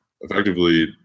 Effectively